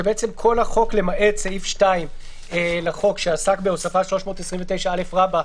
זה בעצם כל החוק למעט סעיף 2 לחוק שעסק בהוספת 329א לחוק,